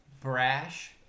brash